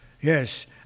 Yes